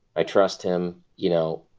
i trust him. you know,